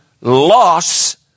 loss